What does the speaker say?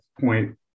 point